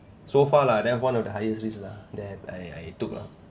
so far lah that one of the highest risk lah that I I took lah